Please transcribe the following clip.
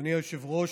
אדוני היושב-ראש,